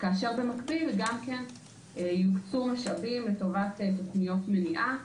במקביל יוקצו משאבים לטובת תוכניות מניעה.